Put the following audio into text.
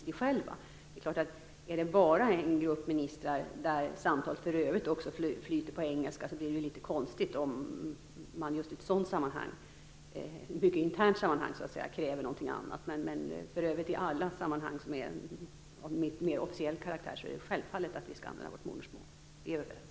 Det är klart att om det bara är en grupp ministrar, och samtalet för övrigt flyter på engelska, så blir det ju litet konstigt om man i ett sådant sammanhang, ett mycket internt sammanhang så att säga, kräver något annat. För övrigt är det i alla sammanhang av mer officiell karaktär självfallet att vi skall använda vårt modersmål. Vi är överens.